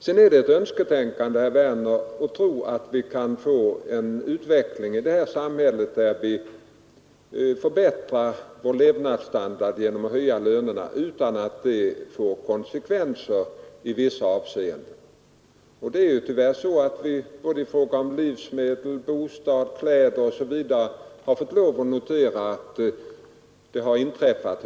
Det är vidare ett önsketänkande, herr Werner, att tro att vi skall få en utveckling i vårt samhälle, som innebär att vi kan förbättra vår levnadsstandard genom att höja lönerna utan att det får konsekvenser i vissa avseenden. Det är tyvärr så att vi har fått notera höjningar av priserna på livsmedel, bostäder, kläder osv.